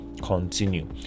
continue